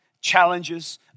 challenges